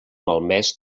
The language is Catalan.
malmès